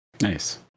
Nice